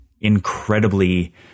incredibly